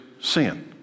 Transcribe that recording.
sin